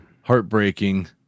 heartbreaking